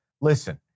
Listen